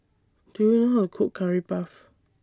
Do YOU know How to Cook Curry Puff